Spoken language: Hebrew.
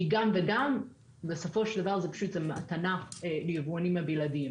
כי גם וגם בסופו של דבר זה מתנה ליבואנים הבלעדיים,